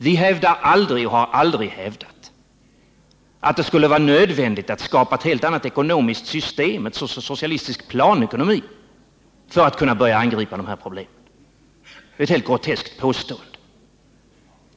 Vi hävdar aldrig och har aldrig hävdat, att det skulle vara nödvändigt att skapa ett helt annat ekonomiskt system, en socialistisk planekonomi, för att kunna börja angripa dessa problem. Det är ett helt groteskt påstående.